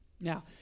Now